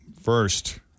First